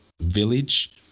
village